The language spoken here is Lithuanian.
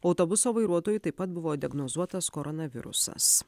autobuso vairuotojui taip pat buvo diagnozuotas koronavirusas